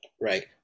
right